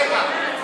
רגע,